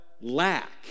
lack